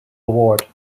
award